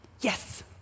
Yes